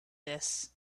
this